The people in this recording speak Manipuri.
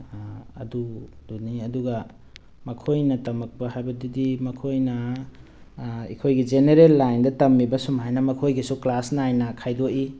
ꯑꯗꯨꯗꯨꯅꯤ ꯑꯗꯨꯒ ꯃꯈꯣꯏꯅ ꯇꯝꯃꯛꯄ ꯍꯥꯏꯕꯗꯨꯗꯤ ꯃꯈꯣꯏꯅ ꯑꯩꯈꯣꯏꯒꯤ ꯖꯦꯅꯦꯔꯦꯜ ꯂꯥꯏꯟꯗ ꯇꯝꯃꯤꯕ ꯁꯨꯝꯃꯥꯏꯅ ꯃꯈꯣꯏꯒꯤꯁꯨ ꯀ꯭ꯂꯥꯁ ꯅꯥꯏꯅ ꯈꯥꯏꯗꯣꯛꯏ